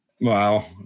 Wow